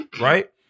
right